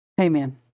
Amen